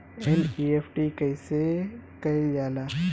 NEFT कइसे कइल जाला?